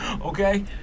okay